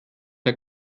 der